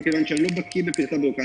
מכוון שאני לא בקיא בפרטי הביורוקרטיה.